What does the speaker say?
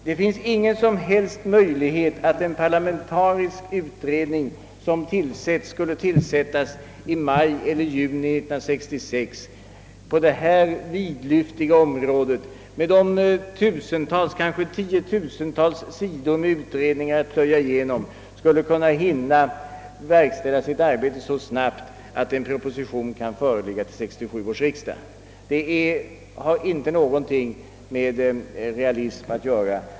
Det finns ingen som helst möjlighet att en parlamentarisk utredning, som skulle tillsättas i maj eller i juni 1966, på detta vidlyftiga område med tusentals, kanske tiotusentals sidor att plöja igenom skulle kunna hinna färdigställa sitt arbete så snabbt, att en proposition kan föreläggas 1967 års riksdag. En sådan uppfattning har inte något med realism att göra.